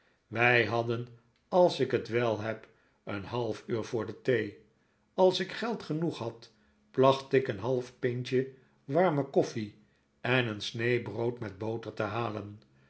wij hadden als ik het wel heb een half uur voor de thee als ik geld genoeg had placht ik een half pintje warme koffie en een snee brood met boter te halen